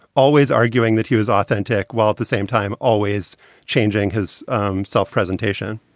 always arguing that he was authentic while at the same time always changing his um self presentation